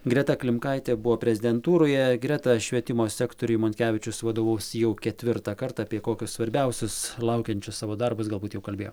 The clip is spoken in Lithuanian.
greta klimkaitė buvo prezidentūroje greta švietimo sektoriui monkevičius vadovaus jau ketvirtą kartą apie kokius svarbiausius laukiančius savo darbus galbūt jau kalbėjo